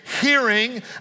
hearing